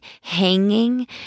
hanging